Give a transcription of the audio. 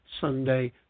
sunday